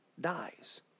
dies